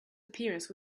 appearance